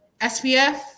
SPF